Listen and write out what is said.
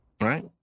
Right